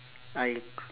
I